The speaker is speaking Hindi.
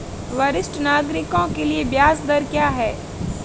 वरिष्ठ नागरिकों के लिए ब्याज दर क्या हैं?